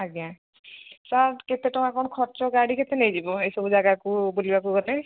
ଆଜ୍ଞା ସାର୍ କେତେ ଟଙ୍କା କ'ଣ ଖର୍ଚ୍ଚ ଗାଡ଼ି କେତେ ନେଇଯିବ ଏସବୁ ଜାଗାକୁ ବୁଲିବାକୁ ଗଲେ